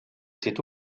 était